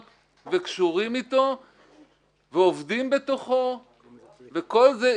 וקשורים איתו ועובדים בתוכו וכל זה,